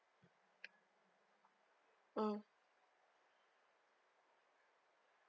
mm